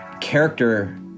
character